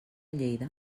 lleida